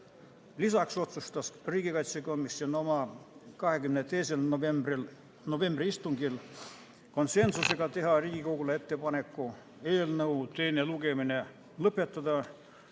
Lisaks otsustas komisjon oma 22. novembri istungil (konsensusega) teha Riigikogule ettepaneku eelnõu teine lugemine lõpetada,